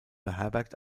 beherbergt